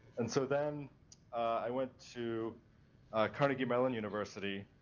and so then i went to carnegie mellon university